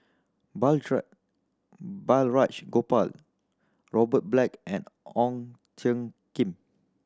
Balraj Gopal Robert Black and Ong Tjoe Kim